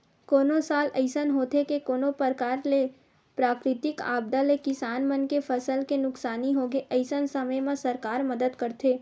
कोनो साल अइसन होथे के कोनो परकार ले प्राकृतिक आपदा ले किसान मन के फसल के नुकसानी होगे अइसन समे म सरकार मदद करथे